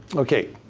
okay,